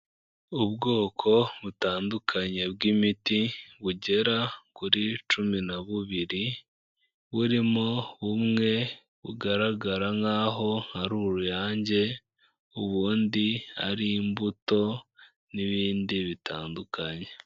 Ubwoko butandukanye bw'imiti bugera kuri cumi na bubiri, burimo bumwe bugaragara nk'aho ari uruyange ubundi ari imbuto n'ibindi bitandukanye.